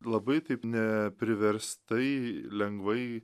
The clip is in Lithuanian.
labai taip ne priverstai lengvai